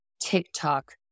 TikTok